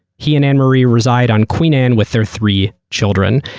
he and anne marie reside on queen anne with their three children.